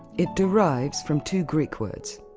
it derives from two greek words,